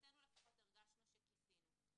שמבחינתנו לפחות הרגשנו שכיסינו.